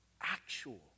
actual